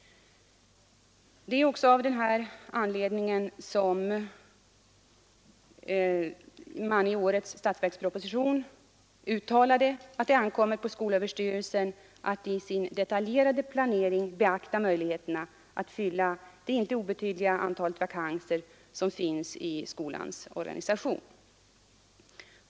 Det är också av denna anledning som det i årets statsverksproposition uttalats att det ankommer på skolöverstyrelsen att i sin detaljerade planering beakta möjligheterna att fylla det inte obetydliga antal vakanser som finns i skolans organisation.